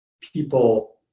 people